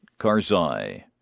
Karzai